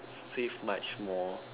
save much more